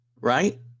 right